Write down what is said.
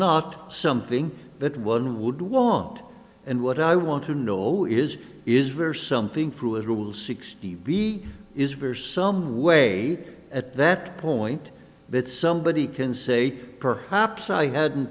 not something that one would want and what i want to know is is very something through as rule sixty b is for some way at that point that somebody can say perhaps i hadn't